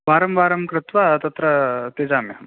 वारं वारं कृत्वा तत्र त्यजाम्यहं